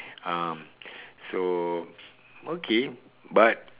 ah so okay but